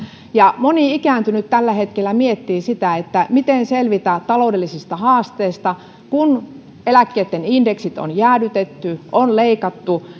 moni ikääntynyt tällä hetkellä miettii sitä miten selvitä taloudellisista haasteista kun eläkkeitten indeksit on jäädytetty on leikattu